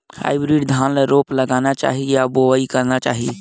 Hybrid धान ल रोपा लगाना चाही या बोआई करना चाही?